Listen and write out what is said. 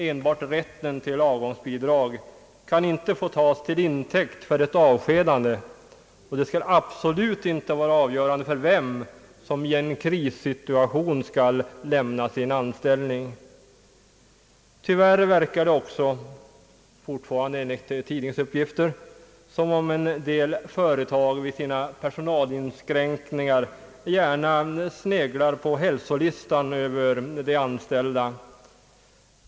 Enbart rätten till avgångsbidrag kan inte få tas till intäkt för ett avskedande, och det skall absolut inte vara avgörande för vem som i en krissituation skall lämna sin anställning. Tyvärr verkar det också — fortfarande enligt tidningsuppgifter — som om en del företag vid sina personalinskränkningar gärna sneglar på hälsolistan över de anställda.